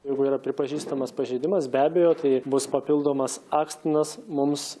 jeigu yra pripažįstamas pažeidimas be abejo tai bus papildomas akstinas mums